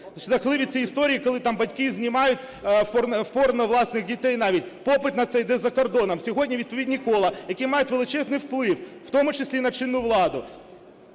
Жахливі ці історії, коли там батьки знімають в порно власних дітей, навіть, попит на це йде за кордоном. Сьогодні відповідні кола, які мають величезний вплив, в тому числі на чинну владу,